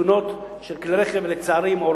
בתאונות של כלי רכב שמעורבים,